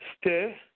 Stay